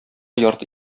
ярты